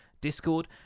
discord